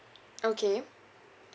okay